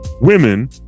women